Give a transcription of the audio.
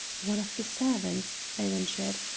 one of the servants, i ventured,